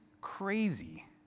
crazy